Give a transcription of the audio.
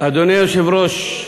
אדוני היושב-ראש,